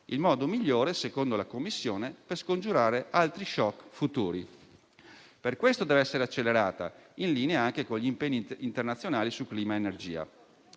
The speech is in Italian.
il modo migliore, secondo la Commissione, per scongiurare altri *shock* futuri. Per questo tale transizione deve essere accelerata, in linea anche con gli impegni internazionali su clima ed energia.